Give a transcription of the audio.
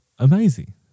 Amazing